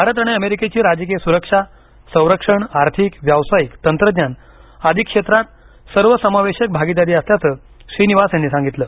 भारत आणि अमेरिकेची राजकीय सुरक्षा संरक्षण आर्थिक व्यावसायिक तंत्रज्ञान आदी क्षेत्रात सर्वसमावेशक भागीदारी असल्याचं श्रीनिवास यांनी सागितलं